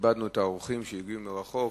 כיבדנו את האורחים שהגיעו מרחוק,